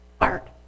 Art